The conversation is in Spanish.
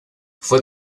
fue